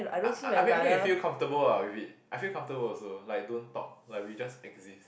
I I I mean I mean it feel comfortable ah with it I feel comfortable also like don't talk like we just exist